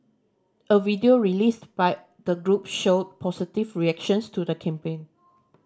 a video released by the group showed positive reactions to the campaign